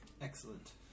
Excellent